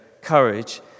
courage